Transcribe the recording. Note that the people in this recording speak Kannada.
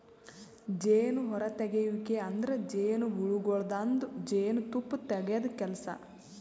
ಜೇನು ಹೊರತೆಗೆಯುವಿಕೆ ಅಂದುರ್ ಜೇನುಹುಳಗೊಳ್ದಾಂದು ಜೇನು ತುಪ್ಪ ತೆಗೆದ್ ಕೆಲಸ